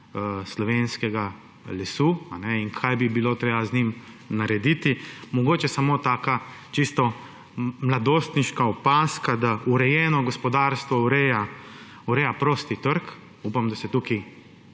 slovenskega lesa in kaj bi bilo treba z njim narediti, mogoče samo taka čisto mladostniška opazka, da urejeno gospodarstvo ureja prosti trg. Upam, da se tukaj